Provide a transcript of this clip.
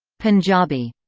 punjabi